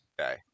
Okay